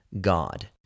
God